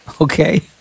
Okay